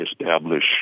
establish